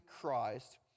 Christ